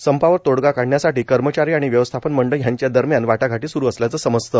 संपावर तोडगा काढण्यासाठी कर्मचारी आणि व्यवस्थापन मंडळ यांच्या दरम्यान वाटाघाटी सुरु असल्याचं समजतं